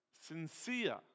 sincere